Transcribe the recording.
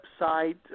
website